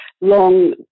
long